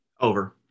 Over